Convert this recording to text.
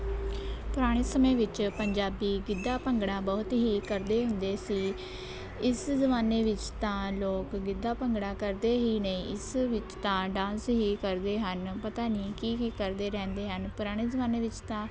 ਪੁਰਾਣੇ ਸਮੇਂ ਵਿੱਚ ਪੰਜਾਬੀ ਗਿੱਧਾ ਭੰਗੜਾ ਬਹੁਤ ਹੀ ਕਰਦੇ ਹੁੰਦੇ ਸੀ ਇਸ ਜ਼ਮਾਨੇ ਵਿੱਚ ਤਾਂ ਲੋਕ ਗਿੱਧਾ ਭੰਗੜਾ ਕਰਦੇ ਹੀ ਨੇ ਇਸ ਵਿੱਚ ਤਾਂ ਡਾਂਸ ਹੀ ਕਰਦੇ ਹਨ ਪਤਾ ਨਹੀਂ ਕੀ ਕੀ ਕਰਦੇ ਰਹਿੰਦੇ ਹਨ ਪੁਰਾਣੇ ਜ਼ਮਾਨੇ ਵਿੱਚ ਤਾਂ